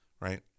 right